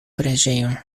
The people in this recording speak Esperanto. preĝejon